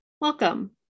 Welcome